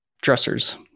dressers